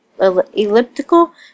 elliptical